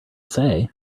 say